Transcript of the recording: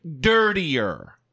dirtier